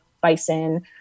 bison